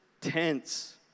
tense